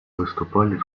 выступали